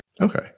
Okay